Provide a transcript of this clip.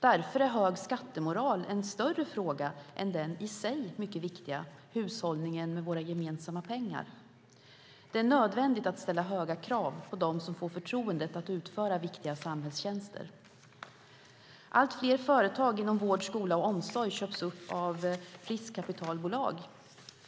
Därför är hög skattemoral en större fråga än den i sig mycket viktiga hushållningen med våra gemensamma pengar. Det är nödvändigt att ställa höga krav på dem som får förtroendet att utföra viktiga samhällstjänster. Allt fler företag inom vård, skola och omsorg köps upp av riskkapitalbolag.